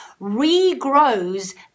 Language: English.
regrows